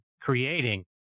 creating